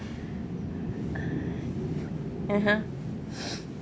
(uh huh)